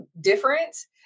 difference